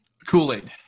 kool-aid